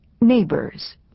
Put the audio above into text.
Neighbors